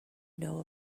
know